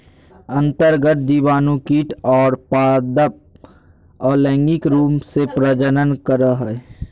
अन्तर्गत जीवाणु कीट और पादप अलैंगिक रूप से प्रजनन करो हइ